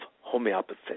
homeopathy